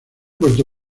puerto